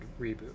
reboot